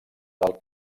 del